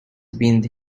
been